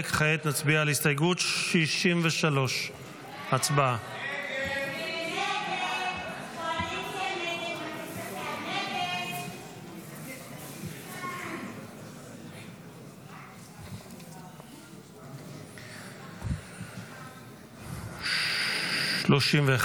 כעת נצביע על הסתייגות 63. הצבעה.